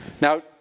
Now